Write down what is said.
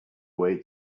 way